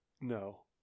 no